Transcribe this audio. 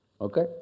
Okay